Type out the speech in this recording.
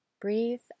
breathe